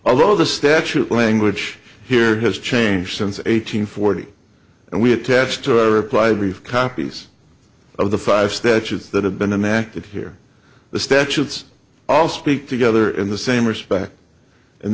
although the statute language here has changed since eight hundred forty and we attached to our reply brief copies of the five statutes that have been enacted here the statutes all speak together in the same respect and